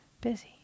Busy